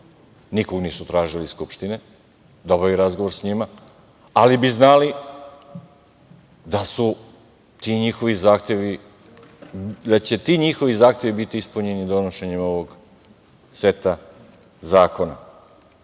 nikom nisu tražili iz Skupštine da obavi razgovor sa njima, ali bi znali da će ti njihovi zakoni biti ispunjeni donošenjem ovog seta zakona. To